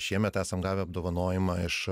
šiemet esam gavę apdovanojimą iš